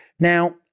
Now